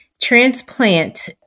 Transplant